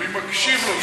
אני מקשיב לו,